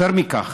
יותר מכך,